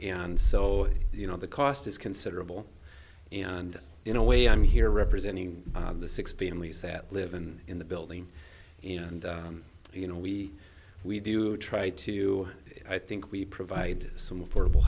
and so you know the cost is considerable and in a way i'm here representing the six families that live in in the building you know and you know we we do try to i think we provide some affordable